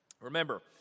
Remember